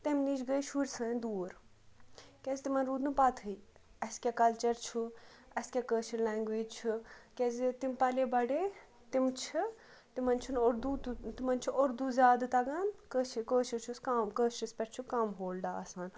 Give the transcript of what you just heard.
تمہِ نِش گٔے شُرۍ سٲنۍ دوٗر کیٛازِ تِمَن روٗد نہٕ پَتہٕے اَسہِ کیٛاہ کَلچَر چھُ اَسہِ کیٛاہ کٲشِر لٮ۪نٛگویج چھُ کیٛازِ تِم پَلے بَڑے تِم چھِ تِمَن چھُنہٕ اُردو تِمَن چھُ اُردو زیادٕ تَگان کٲشِر کٲشُر چھُس کَم کٲشرِس پٮ۪ٹھ چھُ کَم ہولڈا آسان